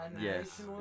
Yes